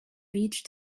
beach